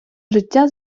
життя